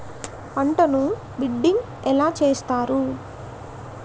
పంటను బిడ్డింగ్ ఎలా చేస్తారు?